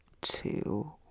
two